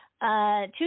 two